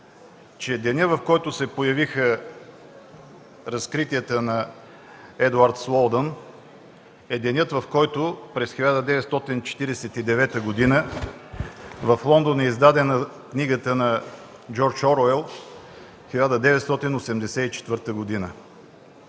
денят, в който се появиха разкритията на Едуард Слоутън, е денят, в който през 1949 г. в Лондон е издадена книгата на Джордж Оруел – „1984”.